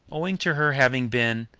owing to her having been,